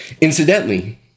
Incidentally